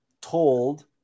told